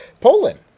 Poland